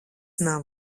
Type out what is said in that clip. nav